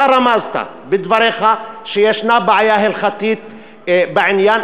אתה רמזת בדבריך שיש בעיה הלכתית בעניין,